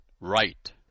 right